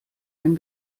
ein